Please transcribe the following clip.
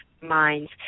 minds